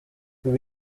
ubu